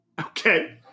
Okay